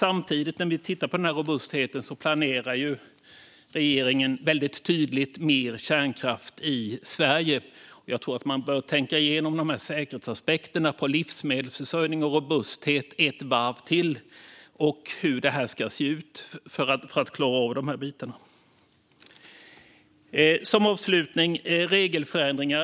Medan vi tittar på robustheten planerar regeringen väldigt tydligt mer kärnkraft i Sverige. Jag tror att man bör tänka igenom säkerhetsaspekterna på livsmedelsförsörjning och robusthet ett varv till och tänka över hur det ska se ut för att vi ska kunna klara av de här bitarna. Som avslutning ska jag ta upp regelförändringar.